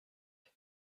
mais